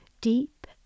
deep